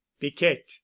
piquette